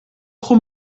tro